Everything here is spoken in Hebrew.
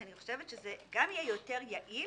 שאני חושבת שזה יהיה יותר יעיל